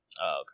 okay